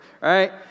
right